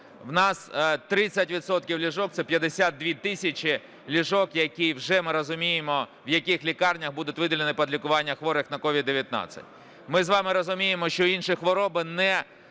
відсотків ліжок – це 52 тисячі ліжок, які, вже ми розуміємо, в яких лікарнях, будуть виділені під лікування хворих на COVID-19. Ми з вами розуміємо, що інші хвороби не